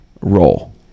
role